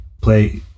play